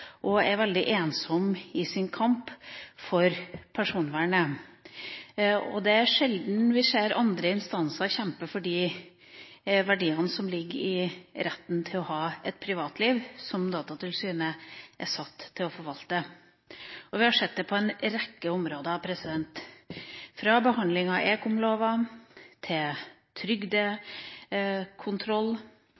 og er veldig ensom i sin kamp for personvernet. Det er sjelden vi ser andre instanser kjempe for de verdiene som ligger i retten til å ha et privatliv, som Datatilsynet er satt til å forvalte. Vi har sett det på en rekke områder, fra behandlinga av ekomloven til